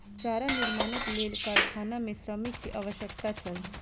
चारा निर्माणक लेल कारखाना मे श्रमिक के आवश्यकता छल